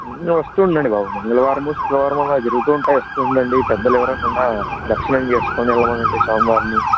వస్తు ఉండండి బాబు మంగళవారము శుక్రవారం అలా జరుగుతు ఉంటాయి వస్తు ఉండండి మీ పెద్దలు ఎవరన్న ఉన్న దర్శనం చేసుకొని వెళ్లమనండి స్వామివారిని